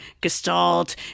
gestalt